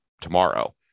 tomorrow